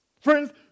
Friends